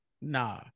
nah